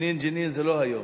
"ג'נין ג'נין" זה לא היום.